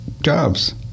jobs